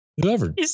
Whoever